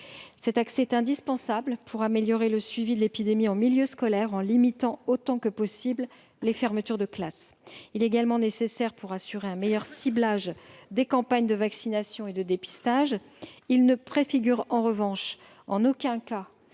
Cet accès est indispensable pour améliorer le suivi de l'épidémie en milieu scolaire, tout en limitant autant que possible les fermetures de classes. Il est également nécessaire pour assurer un meilleur ciblage des campagnes de vaccination et de dépistage à l'école. En revanche, il ne